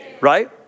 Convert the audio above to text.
right